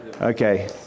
Okay